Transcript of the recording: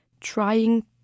trying